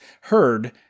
heard